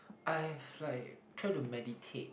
I have like tried to meditate